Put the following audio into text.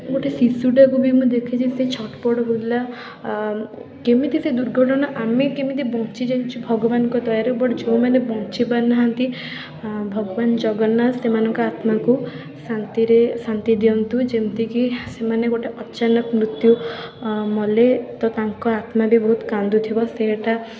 ଗୋଟେ ଶିଶୁଟାକୁ ବି ମୁଁ ଦେଖିଛି ସେ ଛଟପଟ ହେଉଥିଲା ଆ କେମିତି ସେ ଦୁର୍ଘଟଣା ଆମେ କେମିତି ବଞ୍ଚିଯାଇଛୁ ଭଗବାନଙ୍କ ଦୟାରୁ ବଟ୍ ଯେଉଁମାନେ ବଞ୍ଚି ପାରିନାହାଁନ୍ତି ଆଁ ଭଗବାନ ଜଗନ୍ନାଥ ସେମାନଙ୍କ ଆତ୍ମାକୁ ଶାନ୍ତିରେ ଶାନ୍ତି ଦିଅନ୍ତୁ ଯେମିତିକି ସେମାନେ ଗୋଟେ ଅଚାନକ ମୃତ୍ୟୁ ମଲେ ତ ତାଙ୍କ ଆତ୍ମା ବି ବହୁତ କାନ୍ଦୁଥିବ ସେଇଟା